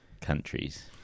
countries